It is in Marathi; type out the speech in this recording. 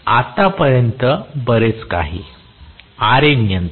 आतापर्यंत बरेच काही Ra नियंत्रण